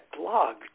blog